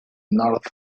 north